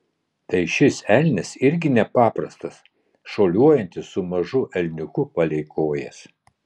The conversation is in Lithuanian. tai šis elnias irgi nepaprastas šuoliuojantis su mažu elniuku palei kojas